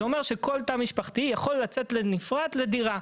זה אומר שכל תא משפחתי יכול לצאת בנפרד לדירה.